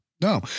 No